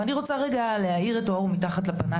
אני רוצה להאיר את האור מתחת לפנס.